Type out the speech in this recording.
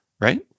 right